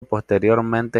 posteriormente